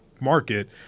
market